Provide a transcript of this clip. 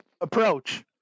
approach